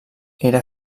era